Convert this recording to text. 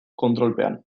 kontrolpean